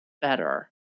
better